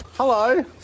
Hello